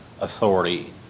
authority